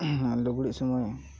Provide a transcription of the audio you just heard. ᱞᱩᱜᱽᱲᱤᱡ ᱥᱳᱢᱚᱭ